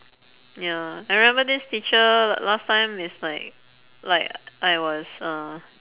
ya I remember this teacher last time is like like I was uh